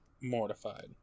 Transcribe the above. mortified